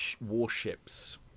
warships